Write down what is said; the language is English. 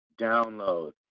download